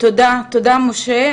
תודה משה.